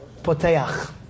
Potayach